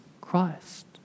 Christ